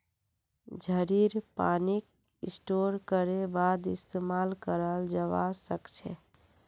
झड़ीर पानीक स्टोर करे बादे इस्तेमाल कराल जबा सखछे